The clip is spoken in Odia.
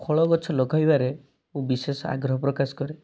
ଫଳଗଛ ଲଗେଇବାରେ ମୁଁ ବିଶେଷ ଆଗ୍ରହ ପ୍ରକାଶ କରେ